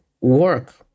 work